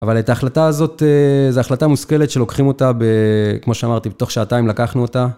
אבל את ההחלטה הזאת, זה החלטה מושכלת שלוקחים אותה כמו שאמרתי, בתוך שעתיים לקחנו אותה.